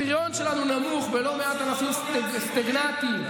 הפריון שלנו נמוך ולא מעט ענפים הם סטגנטיים,